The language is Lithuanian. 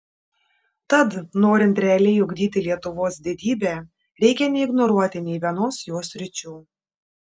tad norint realiai ugdyti lietuvos didybę reikia neignoruoti nei vienos jos sričių